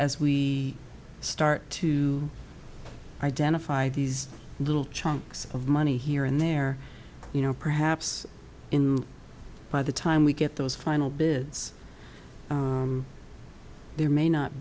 as we start to identify these little chunks of money here and there you know perhaps in by the time we get those final bid there may not